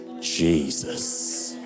Jesus